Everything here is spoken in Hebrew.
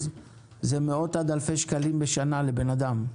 זה מאות עד אלפי שקלים בשנה לאדם.